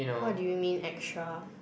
what do you mean extra